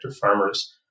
farmers